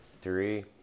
three